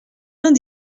vingt